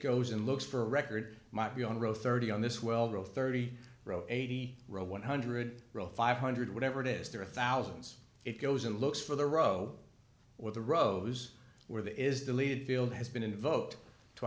goes and looks for record might be on row thirty on this well row thirty row eighty row one hundred row five hundred whatever it is there are thousands it goes and looks for the row with the rows where the is deleted field has been invoked to